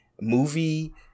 movie